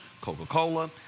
Coca-Cola